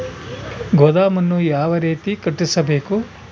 ಗೋದಾಮನ್ನು ಯಾವ ರೇತಿ ಕಟ್ಟಿಸಬೇಕು?